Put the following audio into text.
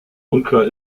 unklar